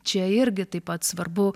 čia irgi taip pat svarbu